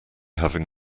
having